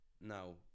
now